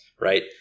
right